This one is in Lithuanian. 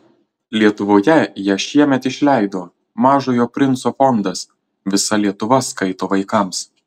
lietuvoje ją šiemet išleido mažojo princo fondas visa lietuva skaito vaikams